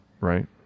Right